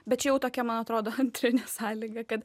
bet čia jau tokia man atrodo antrinė sąlyga kad